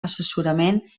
assessorament